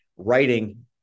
Writing